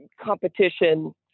competition